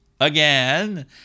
Again